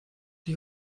die